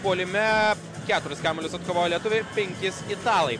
puolime keturis kamuolius atkovojo lietuviai penkis italai